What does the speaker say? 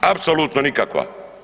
Apsolutno nikakva.